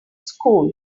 school